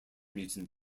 mutant